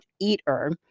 eater